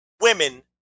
women